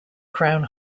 crown